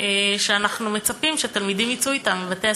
שאנחנו מצפים שתלמידים יצאו אתו מבתי-הספר?